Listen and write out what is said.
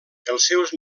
seus